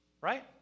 Right